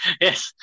yes